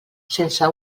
sense